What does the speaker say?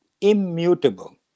immutable